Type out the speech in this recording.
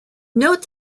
note